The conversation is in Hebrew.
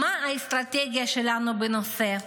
מה האסטרטגיה שלנו בנושא?